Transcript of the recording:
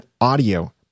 audio